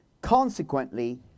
Consequently